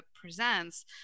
presents